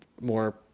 more